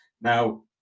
Now